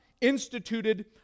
instituted